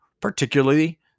particularly